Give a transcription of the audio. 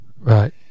right